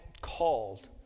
called